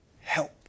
Help